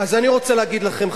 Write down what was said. אז אני רוצה להגיד לכם,